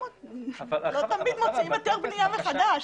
לא תמיד מוציאים היתר בנייה מחדש.